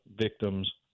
victims